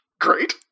great